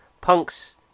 Punk's